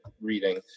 reading